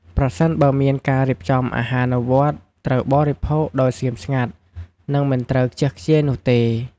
ប្រសិនបើមានការរៀបចំអាហារនៅវត្ត ត្រូវបរិភោគដោយស្ងៀមស្ងាត់ និងមិនត្រូវខ្ជះខ្ជាយនោះទេ។